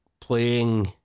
playing